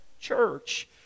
church